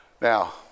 Now